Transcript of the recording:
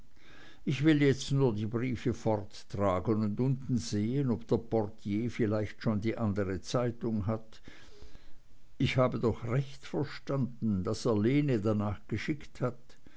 ich will jetzt nur die briefe forttragen und unten sehen ob der portier vielleicht schon die andere zeitung hat ich habe doch recht verstanden daß er lene danach geschickt hat